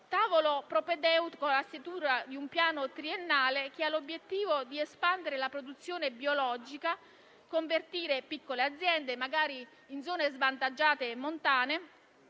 tavolo è propedeutico alla stesura di un piano triennale, che ha l'obiettivo di espandere la produzione biologica, convertire piccole aziende, magari in zone svantaggiate e montane,